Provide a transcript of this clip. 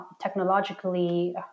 Technologically